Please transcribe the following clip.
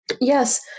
Yes